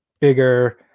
bigger